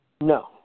No